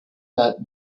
that